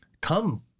come